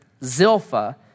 Zilpha